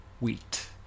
wheat